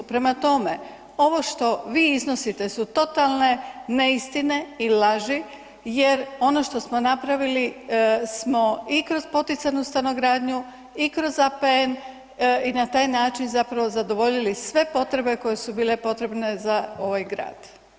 Prema tome ovo što vi iznosite su totalne neistine i laži jer ono što smo napravili smo i kroz poticajnu stanogradnju i kroz APN i na taj način zapravo zadovoljili sve potrebe koje su bile potrebne za ovaj grad.